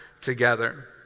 together